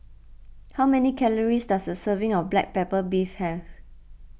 how many calories does a serving of Black Pepper Beef have